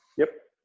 yep!